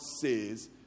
says